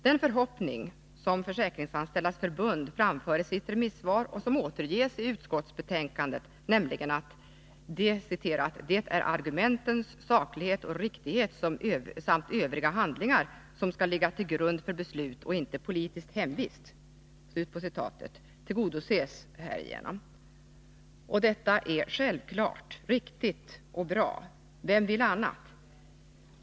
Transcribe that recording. Den förhoppning som Försäkringsanställdas förbund framför i sitt remissvar och som återges i utskottsbetänkandet, nämligen att ”det är argumentens saklighet och riktighet samt övriga handlingar som skall ligga till grund för beslut och inte politisk hemvist”, tillgodoses härigenom. Och det är självklart, riktigt och bra. Vem vill annat?